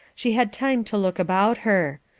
she had time to look about her.